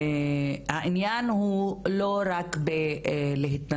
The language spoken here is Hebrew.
העניין הוא לא רק בלהתנצל,